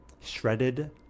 shredded